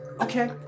Okay